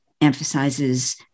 emphasizes